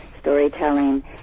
storytelling